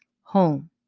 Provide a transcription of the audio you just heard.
home